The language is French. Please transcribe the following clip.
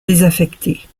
désaffectée